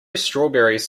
strawberries